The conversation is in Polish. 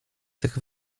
tych